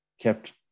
kept